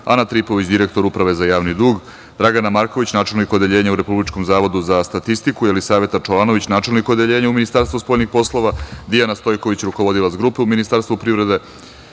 Ana Tripović, direktor Uprave za javni dug, Dragana Marković, načelnik Odeljenja u Republičkom zavodu za statistiku, Jelisaveta Čolanović, načelnik Odeljenja u Ministarstvu spoljnih poslova, Dijana Stojković, rukovodilac Grupe u Ministarstvu privrede,